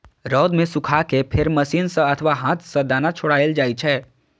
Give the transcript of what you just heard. रौद मे सुखा कें फेर मशीन सं अथवा हाथ सं दाना छोड़ायल जाइ छै